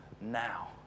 now